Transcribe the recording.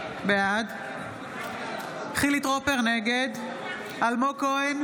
בעד חילי טרופר, נגד אלמוג כהן,